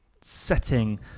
setting